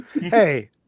Hey